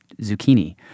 zucchini